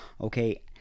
okay